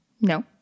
No